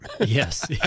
yes